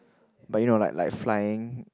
but you know like like flying